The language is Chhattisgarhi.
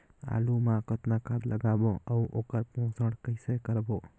आलू मा कतना खाद लगाबो अउ ओकर पोषण कइसे करबो?